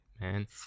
man